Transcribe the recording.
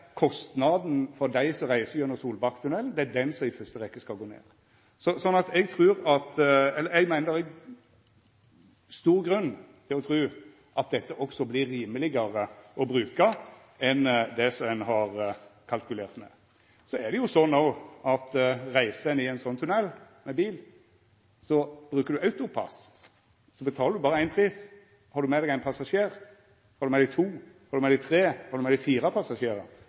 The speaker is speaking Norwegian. kostnaden for dei som reiser gjennom Solbakktunnelen, som i første rekkje skal gå ned. Eg meiner at det er stor grunn til å tru at dette også vert rimelegare å bruka enn det som ein har kalkulert med. Så er det jo sånn òg at reiser ein i ein sånn tunnel med bil, brukar du AutoPASS. Då betaler du berre ein pris. Har du med deg ein passasjer, har du med deg to eller tre eller fire, betaler du ingenting for dei. Så det er eit knekkpunkt der: Dess fleire du har med deg, dess rimelegare vert det. Derfor trur eg at særleg dei